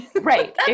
Right